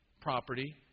property